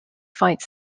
fight